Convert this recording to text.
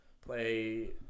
play